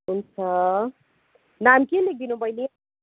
हुन्छ नाम के लेखिदिनु बैनी